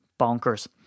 Bonkers